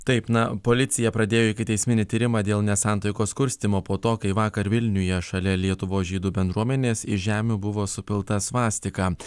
taip na policija pradėjo ikiteisminį tyrimą dėl nesantaikos kurstymo po to kai vakar vilniuje šalia lietuvos žydų bendruomenės iš žemių buvo supilta svastika ant